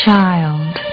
child